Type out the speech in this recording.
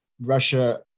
Russia